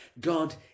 God